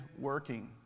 working